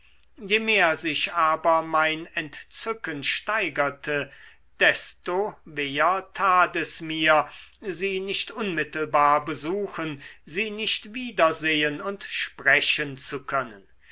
je mehr sich aber mein entzücken steigerte desto weher tat es mir sie nicht unmittelbar besuchen sie nicht wieder sehen und sprechen zu können